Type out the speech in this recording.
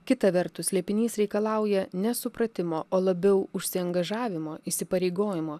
kita vertus slėpinys reikalauja nesupratimo o labiau užsiangažavimo įsipareigojimo